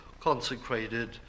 consecrated